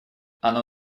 оно